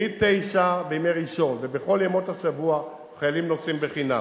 מ-09:00 בימי ראשון ובכל ימות השבוע חיילים נוסעים חינם.